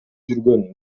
жүргөн